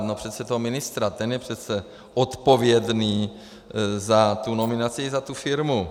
No přece toho ministra, ten je přece odpovědný za tu nominaci i za tu firmu.